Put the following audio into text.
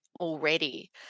already